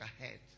ahead